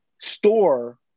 store